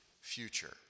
future